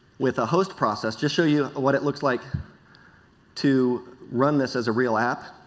with a host process, just show you what it looks like to run this as a real app